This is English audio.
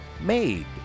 made